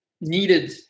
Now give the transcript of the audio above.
needed